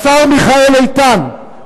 השר מיכאל איתן,